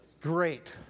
great